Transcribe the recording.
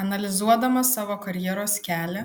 analizuodamas savo karjeros kelią